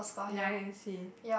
ya I can see